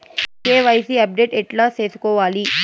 KYC update ఎట్లా సేసుకోవాలి?